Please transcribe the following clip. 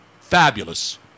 fabulous